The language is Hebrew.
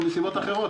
או מסיבות אחרות,